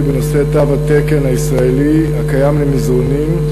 בנושא תו התקן הישראלי הקיים למזרונים,